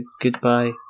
goodbye